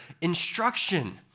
instruction